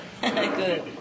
Good